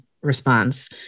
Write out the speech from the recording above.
response